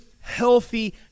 healthy